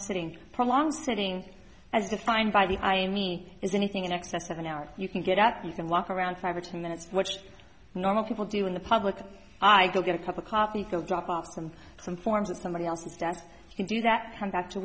sitting prolonged sitting as defined by the i me is anything in excess of an hour you can get up you can walk around five or ten minutes which normal people do in the public eye go get a cup of coffee the drop off from some forms of somebody else's desk you can do that come back to